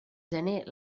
gener